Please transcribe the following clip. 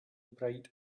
bright